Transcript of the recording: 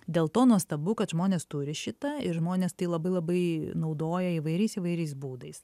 dėl to nuostabu kad žmonės turi šitą ir žmonės tai labai labai naudoja įvairiais įvairiais būdais